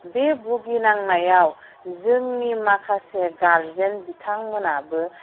बे बुगिनांनायाव जोंनि माखासे गार्जेन बिथांमोनाबो